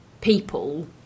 people